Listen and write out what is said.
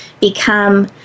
become